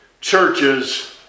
churches